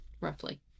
Roughly